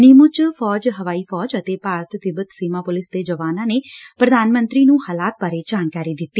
ਨਿੱਮੁੰ ਚ ਫੌਜ ਹਵਾਈ ਫੌਜ ਅਤੇ ਭਾਰਤ ਤਿੱਬਤ ਸੀਮਾ ਪੁਲਿਸ ਦੇ ਜਵਾਨਾ ਨੇ ਪੁਧਾਨ ਮੰਤਰੀ ਨੂੰ ਹਾਲਾਤ ਬਾਰੇ ਜਾਣਕਾਰੀ ਦਿੱਤੀ